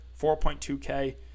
4.2K